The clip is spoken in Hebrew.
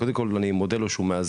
קודם כל אני מודה לו שהוא מאזן,